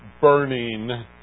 burning